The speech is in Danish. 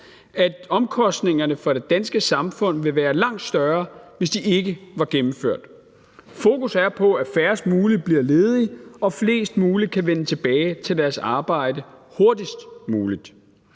at omkostningerne for det danske samfund ville være langt større, hvis de ikke var gennemført. Fokus er på, at færrest mulige bliver ledige og flest mulige kan vende tilbage til deres arbejde hurtigst muligt.